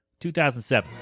2007